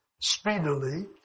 speedily